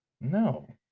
no